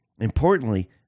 Importantly